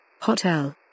Hotel